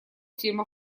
фильма